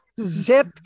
zip